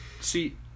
See